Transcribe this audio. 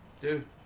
Dude